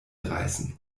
reißen